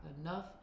enough